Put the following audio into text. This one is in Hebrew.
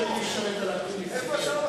לא.